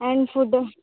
and food